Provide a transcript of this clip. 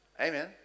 Amen